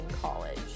college